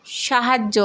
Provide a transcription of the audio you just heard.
সাহায্য